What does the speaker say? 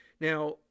Now